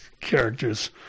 characters